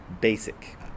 basic